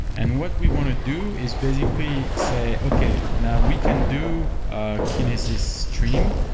and what we want to do is basically say, okay, now we can do ah kinesis steam.